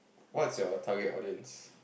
what's your target audiences